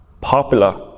popular